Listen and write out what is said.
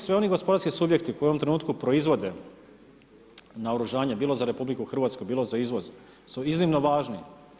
Svi oni gospodarski subjekti koji u ovom trenutku proizvode naoružanja, bilo za RH, bilo za izvoz su iznimno važni.